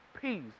peace